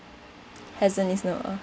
Hazeline Snow ah